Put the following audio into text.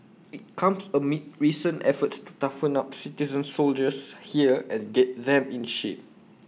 IT comes amid recent efforts to toughen up citizen soldiers here and get them in shape